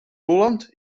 holland